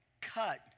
cut